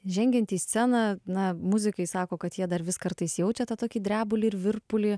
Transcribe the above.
žengiant į sceną na muzikai sako kad jie dar vis kartais jaučia tą tokį drebulį ir virpulį